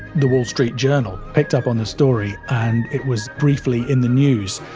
the wall street journal picked up on the story, and it was briefly in the news.